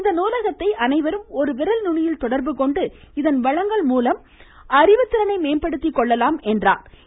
இந்த நூலகத்தை அனைவரும் ஒரு விரல் நுனியில் தொடர்புகொண்டு இதன் வளங்கள் மூலம் அறிவுத்திறனை மேம்படுத்திக்கொள்ளலாம் என்றும் குறிப்பிட்டார்